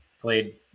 played